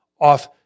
off